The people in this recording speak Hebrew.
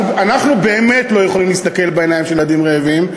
אנחנו באמת לא יכולים להסתכל בעיניים של ילדים רעבים,